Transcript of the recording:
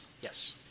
Yes